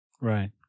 Right